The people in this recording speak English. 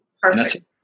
Perfect